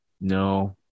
No